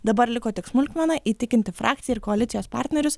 dabar liko tik smulkmena įtikinti frakciją ir koalicijos partnerius